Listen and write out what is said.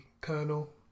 Colonel